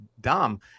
dumb